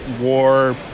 war